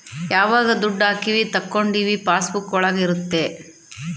ಯಾವಾಗ ದುಡ್ಡು ಹಾಕೀವಿ ತಕ್ಕೊಂಡಿವಿ ಪಾಸ್ ಬುಕ್ ಒಳಗ ಇರುತ್ತೆ